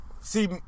see